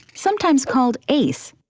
sometimes called ace.